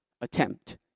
attempt